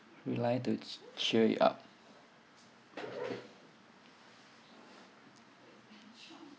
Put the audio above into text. rely to ch~ cheer you up